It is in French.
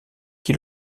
qui